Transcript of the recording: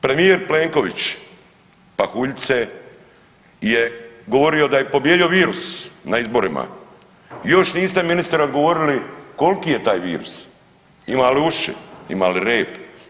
Premijer Plenković pahuljice je govorio da je pobijedio virus na izborima još niste ministre odgovorili koliko je taj virus, ima li uši, ima li rep.